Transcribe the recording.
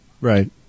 Right